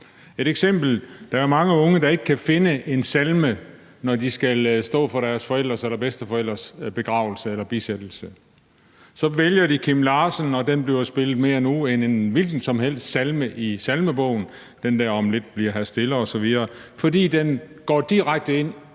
Et eksempel er, at der er mange unge, der ikke kan finde en salme, når de skal stå for deres forældres eller bedsteforældres begravelse eller bisættelse. Så vælger de Kim Larsen, og den bliver spillet mere nu end en hvilken som helst salme i Salmebogen – den der »Om lidt bli'r her stille« – fordi den går direkte ind i